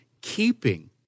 keeping